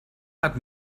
hat